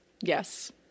Yes